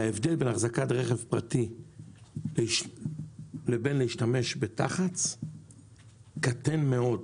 וההבדל בין החזקת רכב פרטי לבין להשתמש בתח"צ קטן מאוד.